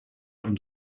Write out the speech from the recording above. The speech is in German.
und